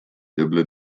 dubbele